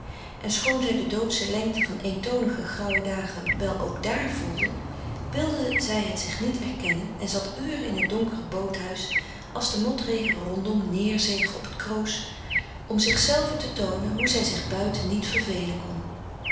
en schoon zij de doodsche lengte van eentonige grauwe dagen wel ook dààr voelde wilde zij het zich niet erkennen en zat uren in het donkere boot huis als de motregen rondom neerzeeg op het kroos om zichzelven te toonen hoe zij zich buiten niet vervelen kon